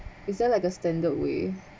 is there like a standard way